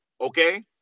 okay